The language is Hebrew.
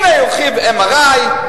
הנה הרחיב MRI,